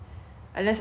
unless I go like